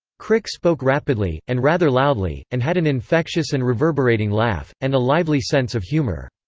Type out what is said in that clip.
crick spoke rapidly, and rather loudly, and had an infectious and reverberating laugh, and a lively sense of humour.